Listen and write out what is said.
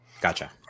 Gotcha